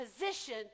position